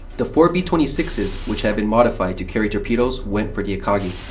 the four b twenty six s, which had been modified to carry torpedoes, went for the akagi.